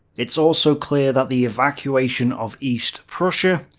it's also clear that the evacuation of east prussia,